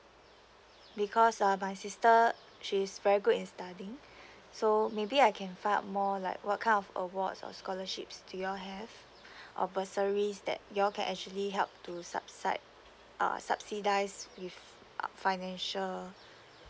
because uh my sister she's very good in study so maybe I can find out more like what kind of awards or scholarships do you all have uh bursaries that you all can actually help to subsided err subsidise if uh financial